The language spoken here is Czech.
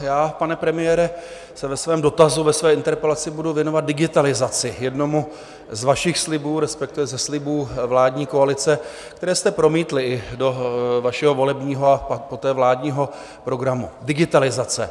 Já, pane premiére, se ve svém dotazu, ve své interpelaci budu věnovat digitalizaci, jednomu z vašich slibů, respektive ze slibů vládní koalice, které jste promítli i do vašeho volebního a poté vládního programu: digitalizace.